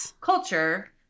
culture